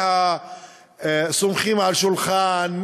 מהסמוכים לשולחן,